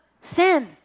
Sin